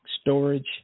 storage